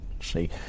See